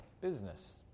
business